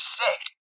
sick